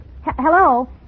Hello